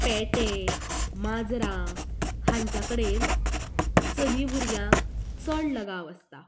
पेटे मांजरां हांच्या कडेन चली भुरग्यांक चड लगाव आसता